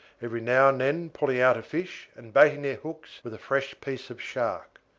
every now and then pulling out a fish and baiting their hooks with a fresh piece of shark.